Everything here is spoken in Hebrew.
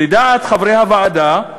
לדעת חברי הוועדה,